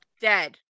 dead